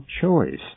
choice